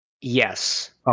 Yes